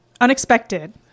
unexpected